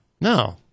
No